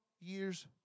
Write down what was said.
years